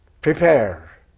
prepare